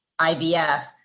IVF